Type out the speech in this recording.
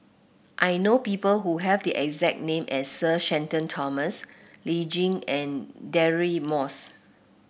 I know people who have the exact name as Sir Shenton Thomas Lee Tjin and Deirdre Moss